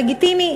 לגיטימי.